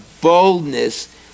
boldness